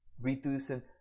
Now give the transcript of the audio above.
reducing